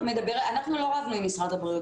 אנחנו לא רבנו עם משרד הבריאות,